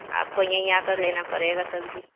آپ کو یہیں آ کر لینا پڑے گا سبزی